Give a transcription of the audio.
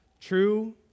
True